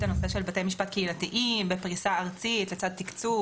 הנושא של בתי משפט קהילתיים בפריסה ארצית לצד תקצוב.